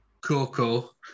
Coco